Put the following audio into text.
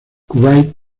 kuwait